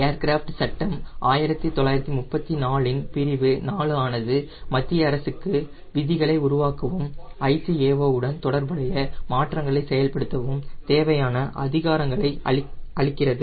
aircraft சட்டம் 1934 இன் பிரிவு 4 ஆனது மத்திய அரசுக்கு விதிகளை உருவாக்கவும் ICAO உடன் தொடர்புடைய மாற்றங்களை செயல்படுத்தவும் தேவையான அதிகாரத்தை அளிக்கிறது